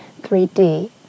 3D